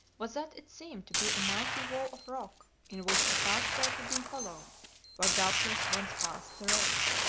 was that it seemed to be a mighty wall of rock in which a pathway had been hollowed where doubtless once passed the road.